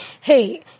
Hey